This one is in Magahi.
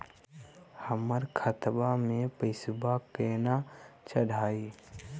हमर खतवा मे पैसवा केना चढाई?